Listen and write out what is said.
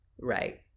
right